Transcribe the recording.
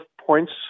points